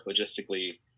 logistically